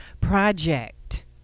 Project